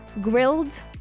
grilled